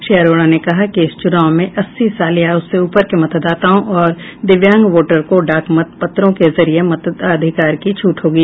श्री अरोड़ा ने कहा कि इस चुनाव में अस्सी साल या उससे ऊपर के मतदाताओं और दिव्यांग वोटर को डाक मत पत्रों के जरिये मताधिकार की छूट होगी